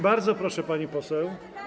Bardzo proszę, pani poseł.